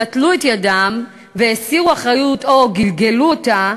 נטלו את ידם והסירו אחריות או גלגלו אותה,